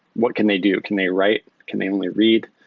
what can they do? can they write? can they only read?